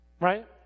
right